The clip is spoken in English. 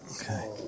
Okay